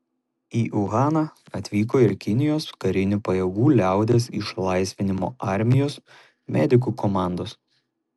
į uhaną atvyko ir kinijos karinių pajėgų liaudies išlaisvinimo armijos medikų komandos